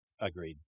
Agreed